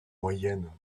moyenne